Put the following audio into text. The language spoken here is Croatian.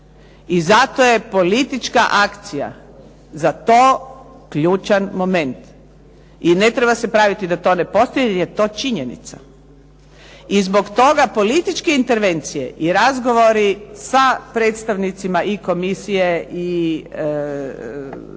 i zato je politička akcija za to ključan moment. I ne treba se praviti da to ne postoji, jer je to činjenica. I zbog toga političke intervencije, i razgovori sa predstavnicima i Komisije i